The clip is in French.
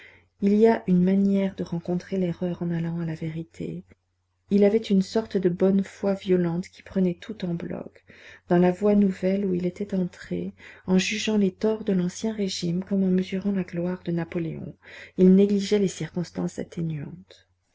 il y a une manière de rencontrer l'erreur en allant à la vérité il avait une sorte de bonne foi violente qui prenait tout en bloc dans la voie nouvelle où il était entré en jugeant les torts de l'ancien régime comme en mesurant la gloire de napoléon il négligeait les circonstances atténuantes